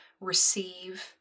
receive